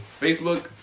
Facebook